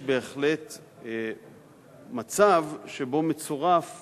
ויש בהחלט מצב שבו מצורף